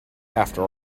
after